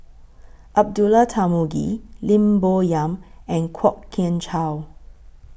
Abdullah Tarmugi Lim Bo Yam and Kwok Kian Chow